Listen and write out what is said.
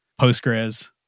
Postgres